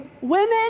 Women